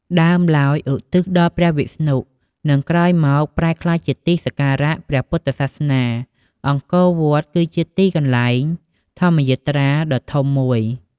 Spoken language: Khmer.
ដើមឡើយឧទ្ទិសដល់ព្រះវិស្ណុ និងក្រោយមកប្រែក្លាយជាទីសក្ការៈព្រះពុទ្ធសាសនា អង្គរវត្តគឺជាទីកន្លែងធម្មយាត្រាដ៏ធំមួយ។